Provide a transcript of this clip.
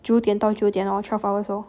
九点到九点 loh twelve hours lor